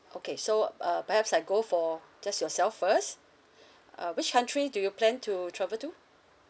okay so uh perhaps I go for just yourself first uh which country do you plan to travel to